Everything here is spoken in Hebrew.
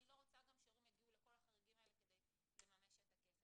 אני גם לא רוצה שהורים יגיעו לכל החריגים האלה כדי לממש את הכסף.